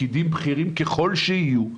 פקידים בכירים ככל שיהיו,